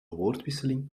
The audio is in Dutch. woordenwisseling